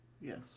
Yes